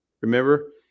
Remember